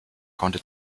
konnte